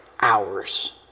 hours